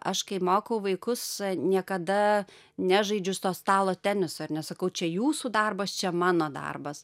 aš kai mokau vaikus niekada nežaidžiu to stalo teniso ir nesakau čia jūsų darbas čia mano darbas